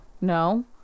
no